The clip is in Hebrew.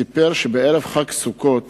סיפר שבערב חג סוכות